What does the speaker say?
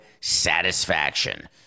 satisfaction